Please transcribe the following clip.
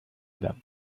them